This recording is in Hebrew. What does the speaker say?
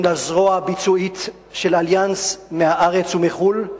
לזרוע הביצועית של "אליאנס" מהארץ ומחו"ל,